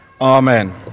Amen